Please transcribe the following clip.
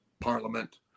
Parliament